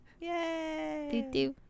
yay